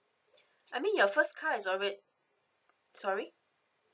I mean your first car is alr~ sorry